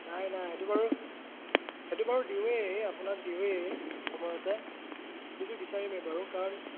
নাই নাই সেইটো বাৰু সেইটো বাৰু দিওঁয়েই আপোনাক দিওঁয়েই সময়তে সেইটোটো বিচাৰিমেই বাৰু কাৰণ